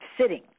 sitting